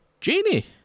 Genie